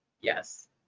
yes